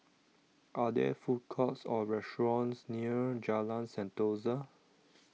are there food courts or restaurants near Jalan Sentosa